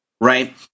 right